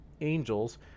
angels